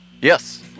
yes